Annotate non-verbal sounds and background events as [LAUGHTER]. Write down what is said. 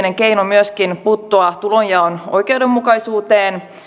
[UNINTELLIGIBLE] on keskeinen keino myöskin puuttua tulonjaon oikeudenmukaisuuteen